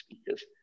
speakers